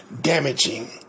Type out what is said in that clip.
damaging